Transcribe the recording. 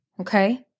okay